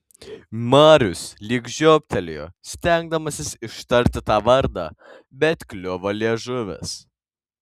marius lyg žioptelėjo stengdamasis ištarti tą vardą bet kliuvo liežuvis